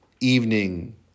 evening